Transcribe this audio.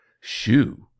shoo